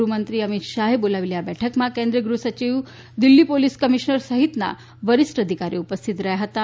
ગૃહમંત્રી અમીત શાહ્યે બોલાવેલી આ બેઠકમાં કેન્રીપેય ગૃહસચિવ દિલ્ફી પોલીસ કમીશનર સહિતનાં વરિષ્ઠ અધિકારીઓ ઉપસ્થિત રહ્યા હતાં